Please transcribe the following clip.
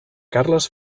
carles